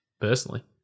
personally